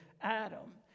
Adam